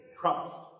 trust